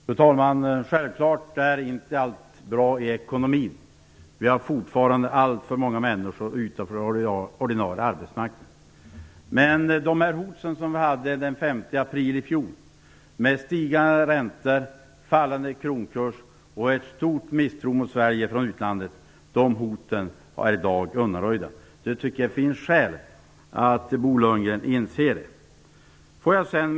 Fru talman! Självklart är inte allt bra i ekonomin. Vi har fortfarande alltför många människor utanför den ordinarie arbetsmarknaden. Men de hot som vi hade den 5 april i fjol, med stigande räntor, fallande kronkurs och ett stort misstro mot Sverige från utlandet, är i dag undanröjda. Jag tycker att det finns skäl för Bo Lundgren att börja inse det.